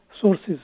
sources